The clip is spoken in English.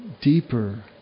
deeper